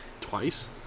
twice